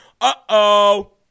Uh-oh